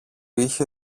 είχε